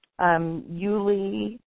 Yuli